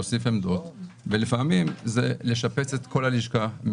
להוסיף עמדות ולפעמים זה לשפץ את כל הלשכה.